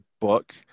book